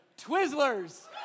Twizzlers